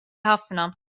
ħafna